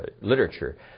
literature